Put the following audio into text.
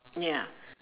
ya